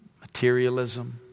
materialism